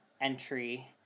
entry